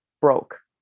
broke